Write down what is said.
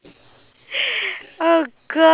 like in singapore